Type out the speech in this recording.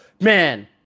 Man